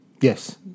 Yes